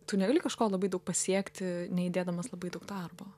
tu negali kažko labai daug pasiekti neįdėdamas labai daug darbo